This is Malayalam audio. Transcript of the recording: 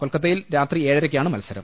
കൊൽക്കത്തയിൽ രാത്രി ഏഴരയ്ക്കാണ് മത്സരം